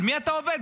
על מי אתה עובד?